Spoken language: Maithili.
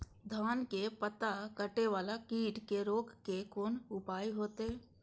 धान के पत्ता कटे वाला कीट के रोक के कोन उपाय होते?